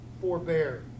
forbear